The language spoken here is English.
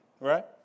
right